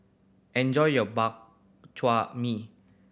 enjoy your Bak Chor Mee